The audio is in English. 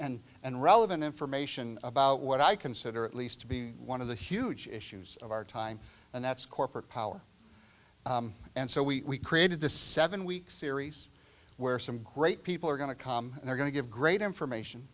and and relevant information about what i consider at least to be one of the huge issues of our time and that's corporate power and so we created the seven week series where some great people are going to come and they're going to give great information